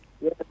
Yes